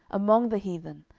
among the heathen,